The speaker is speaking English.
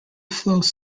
flows